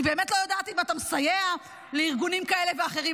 אני באמת לא יודעת אם אתה מסייע לארגונים כאלה ואחרים.